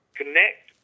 connect